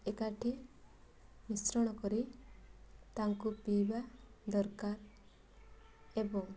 ଏକାଠି ମିଶ୍ରଣ କରି ତାଙ୍କୁ ପିଇବା ଦରକାର ଏବଂ